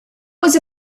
was